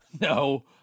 no